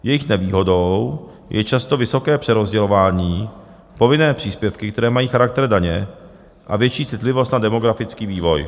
Jejich nevýhodou je často vysoké přerozdělování, povinné příspěvky, které mají charakter daně, a větší citlivost na demografický vývoj.